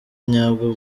nyabwo